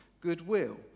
goodwill